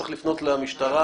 צריך לפנות למשטרה